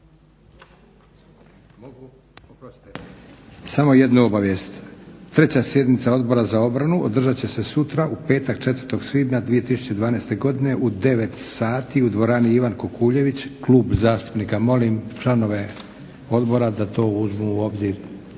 Samo jedna obavijest. 3. sjednica Odbora za obranu održat će se sutra u petak 4. svibnja 2012. godine u 9 sati u dvorani Ivan Kukuljević klub zastupnika. Molim članove odbora da to uzmu u obzir.